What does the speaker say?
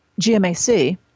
GMAC